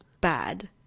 bad